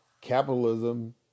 capitalism